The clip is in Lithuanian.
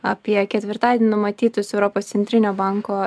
apie ketvirtadienį numatytus europos centrinio banko